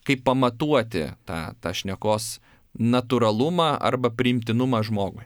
kaip pamatuoti tą tą šnekos natūralumą arba priimtinumą žmogui